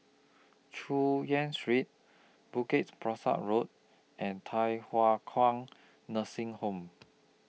Chu Yen Street Bukit Pasoh Road and Thye Hua Kwan Nursing Home